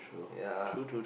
ya